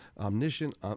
omniscient